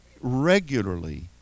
regularly